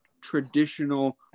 traditional